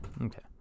okay